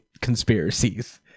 conspiracies